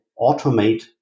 automate